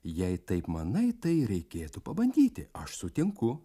jei taip manai tai reikėtų pabandyti aš sutinku